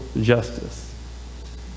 justice